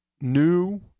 new